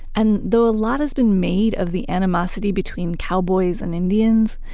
and though a lot has been made of the animosity between cowboys and indians,